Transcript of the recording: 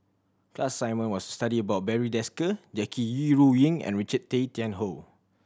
class assignment was to study about Barry Desker Jackie Yi Ru Ying and Richard Tay Tian Hoe